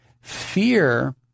Fear